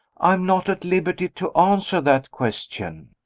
i am not at liberty to answer that question.